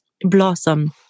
blossom